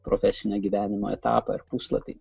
profesinio gyvenimo etapą ir puslapį